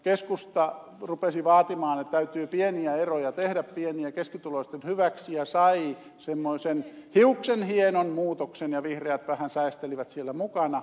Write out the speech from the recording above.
keskusta rupesi vaatimaan että täytyy pieniä eroja tehdä pieni ja keskituloisten hyväksi ja sai semmoisen hiuksenhienon muutoksen ja vihreät vähän säestelivät siellä mukana